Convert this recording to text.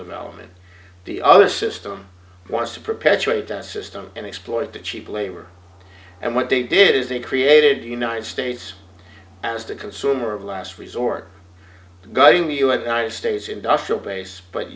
development the other system wants to perpetuate that system and exploit the cheap labor and what they did is they created united states as the consumer of last resort the guiding us states industrial base but